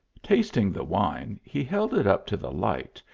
tasting the wine, he held it up to the light,